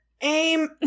aim